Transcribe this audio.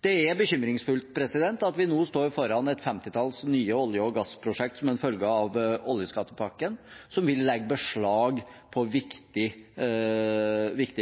Det er bekymringsfullt at vi nå står foran et femtitall nye olje- og gassprosjekter som følge av oljeskattepakken, som vil legge beslag på viktige